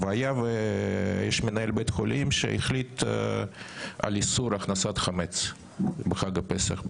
יש מנהל בית חולים שהחליט על איסור הכנסת חמץ בחג הפסח,